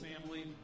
family